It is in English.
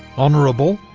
honourable,